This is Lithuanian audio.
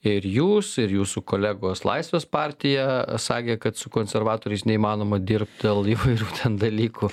ir jūs ir jūsų kolegos laisvės partija sakė kad su konservatoriais neįmanoma dirbt dėl įvairių dalykų